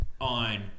on